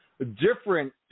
different